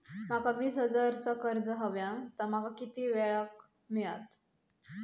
माका वीस हजार चा कर्ज हव्या ता माका किती वेळा क मिळात?